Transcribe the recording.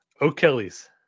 O'Kelly's